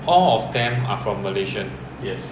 with this